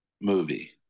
movie